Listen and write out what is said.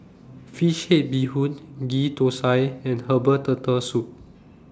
Fish Head Bee Hoon Ghee Thosai and Herbal Turtle Soup